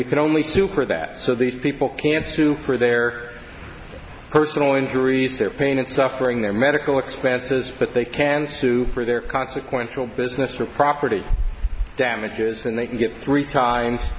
you can only do for that so these people can sue for their personal injuries their pain and suffering their medical expenses but they can sue for their consequential business or property damages and they can get three times